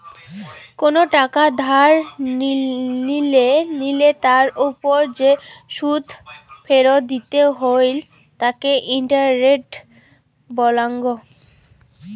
কোনো টাকা ধার লিলে তার ওপর যে সুদ ফেরত দিতে হই তাকে ইন্টারেস্ট বলাঙ্গ